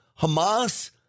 Hamas